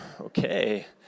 okay